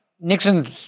Nixon